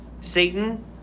Satan